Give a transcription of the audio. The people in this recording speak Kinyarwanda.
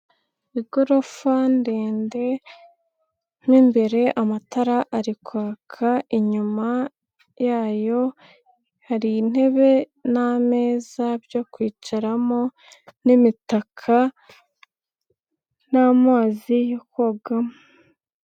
Igorofa ndende mo imbere amatara ari kwaka, inyuma yayo hari intebe n'ameza byo kwicaramo, n'imitaka n'amazi yo kogamo.